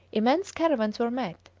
immense caravans were met,